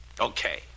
Okay